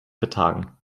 vertagen